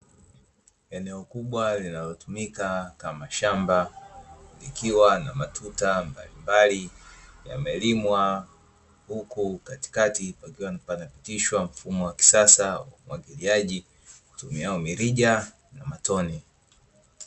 Eneo kubwa linalotumika kama shamba, likiwa na matuta mbalimbali, yamelimwa huku katikati pakiwa pamepitishwa mfumo wa kisasa wa umwagiliaji utumiao mirija na matone.